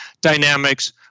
dynamics